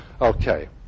Okay